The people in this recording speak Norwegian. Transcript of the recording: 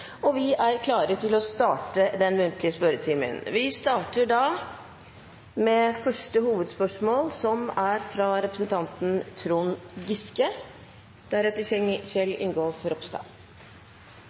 og vi er klare til å starte den muntlige spørretimen. Vi starter da med første hovedspørsmål, som er fra representanten Trond Giske.